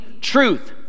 truth